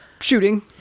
shooting